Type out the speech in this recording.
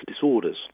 disorders